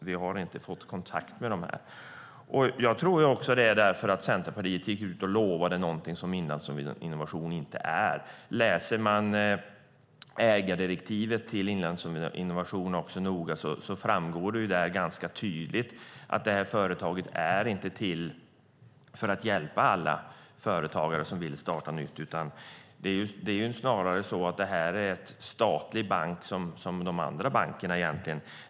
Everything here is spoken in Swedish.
De har inte fått kontakt med Inlandsinnovation. Jag tror att detta beror på att Centerpartiet gick ut med löften om någonting som Inlandsinnovation inte är. Läser man ägardirektivet till Inlandsinnovation noga framgår det där ganska tydligt att detta företag inte är till för att hjälpa alla företagare som vill starta nytt. Inlandsinnovation är snarare en statlig bank som de andra bankerna.